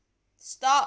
stop